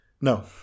No